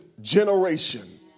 generation